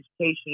Education